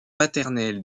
paternels